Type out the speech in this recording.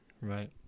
Right